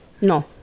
No